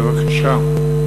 בבקשה.